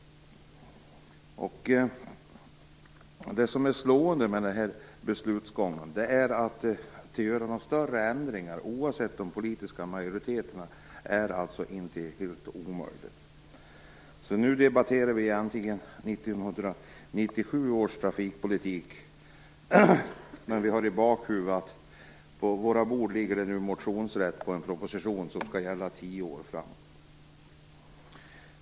Det som är slående med den här beslutsgången är att det är helt omöjligt att göra några större förändringar, oavsett de politiska majoriteterna. Nu debatterar vi egentligen 1997 års trafikpolitik, men vi har i bakhuvudet att vi har motionsrätt på en proposition som skall gälla tio år framåt.